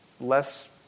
less